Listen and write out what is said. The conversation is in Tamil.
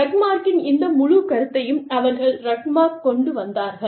ரக்மார்க்கின் இந்த முழு கருத்தையும் அவர்கள் ரக்மாக்கொண்டு வந்தார்கள்